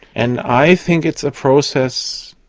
and i think it's a process,